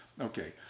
okay